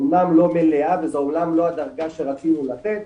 אמנם לא מלאה, וזה אמנם לא הדרגה שרצינו לתת,